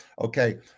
Okay